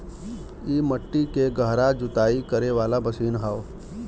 इ मट्टी के गहरा जुताई करे वाला मशीन हौ